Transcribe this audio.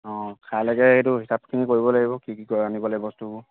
অঁ কাইলেকে সেইটো হিচাপখিনি কৰিব লাগিব কি কি আনিব লাগিব বস্তুবোৰ